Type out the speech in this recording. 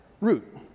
root